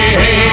hey